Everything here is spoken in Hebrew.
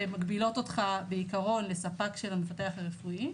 שמגבילות אותך כעקרון לספק של המבטח הרפואי.